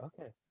okay